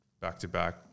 back-to-back